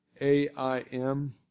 A-I-M